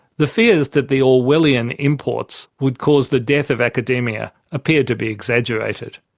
the fears that the orwellian imports would cause the death of academia appear to be exaggerated.